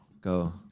Go